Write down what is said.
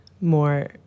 more